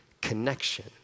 connection